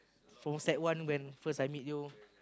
from sec one when first I meet you